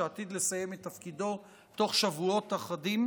שעתיד לסיים את תפקידו בתוך שבועות אחדים,